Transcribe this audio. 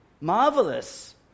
Marvelous